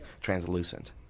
translucent